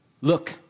Look